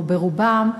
או רובם,